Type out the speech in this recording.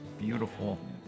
beautiful